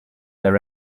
their